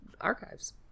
archives